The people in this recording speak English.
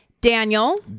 Daniel